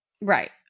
Right